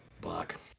block